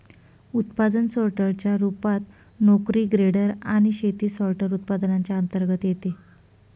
उत्पादन सोर्टर च्या रूपात, नोकरी ग्रेडर आणि शेती सॉर्टर, उत्पादनांच्या अंतर्गत येते